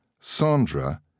Sandra